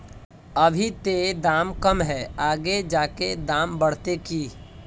अभी ते दाम कम है आगे जाके दाम बढ़ते की?